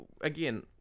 again